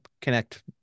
connect